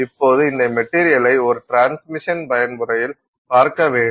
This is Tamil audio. இப்போது இந்த மெட்டீரியலை ஒரு டிரான்ஸ்மிஷன் பயன்முறையில் பார்க்க வேண்டும்